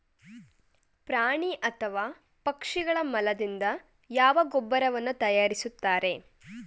ಪ್ರಾಣಿ ಅಥವಾ ಪಕ್ಷಿಗಳ ಮಲದಿಂದ ಯಾವ ಗೊಬ್ಬರವನ್ನು ತಯಾರಿಸುತ್ತಾರೆ?